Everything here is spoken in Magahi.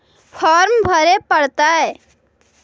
फार्म भरे परतय?